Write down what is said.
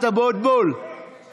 הכנסת קרעי, לא הפרעתי לך.